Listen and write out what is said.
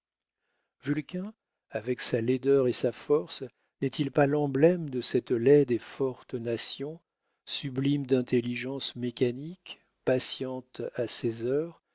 avec sa laideur et sa force n'est-il pas l'emblème de cette laide et forte nation sublime d'intelligence mécanique patiente à ses heures